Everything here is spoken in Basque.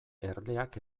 erleak